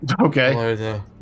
Okay